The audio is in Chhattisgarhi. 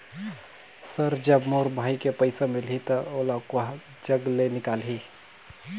सर जब मोर भाई के पइसा मिलही तो ओला कहा जग ले निकालिही?